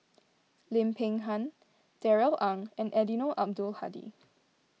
Lim Peng Han Darrell Ang and Eddino Abdul Hadi